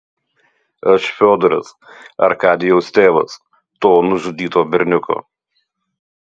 aš fiodoras arkadijaus tėvas to nužudyto berniuko